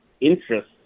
interest